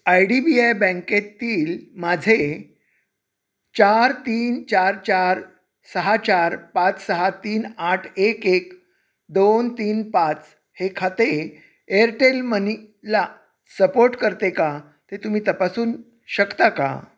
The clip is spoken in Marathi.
आय डी बी आय बँकेतील माझे चार तीन चार चार सहा चार पाच सहा तीन आठ एक एक दोन तीन पाच हे खाते एअरटेल मनीला सपोर्ट करते का ते तुम्ही तपासून शकता का